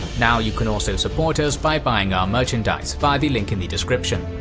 now, you can also support us by buying our merchandise via the link in the description.